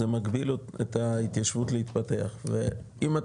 זה מגביל את ההתיישבות להתפתח ואם אתה